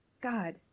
God